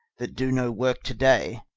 that doe no worke to day